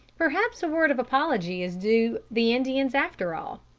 perhaps a word of apology is due the indians after all.